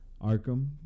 Arkham